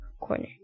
corner